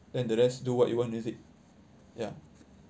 then the rest do what you want with it ya